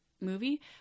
movie